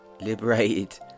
Liberated